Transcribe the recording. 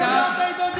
תגיד אם סגרת איתו דיל.